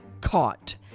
caught